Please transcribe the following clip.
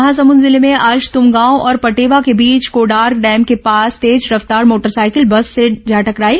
महासमुंद जिले में आज तुमगांव और पटेवा के बीच कोडार डैम के पास तेज रफ्तार मोटरसाइकिल बस से जा टकराई